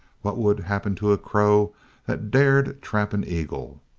what would happen to a crow that dared trap an eagle.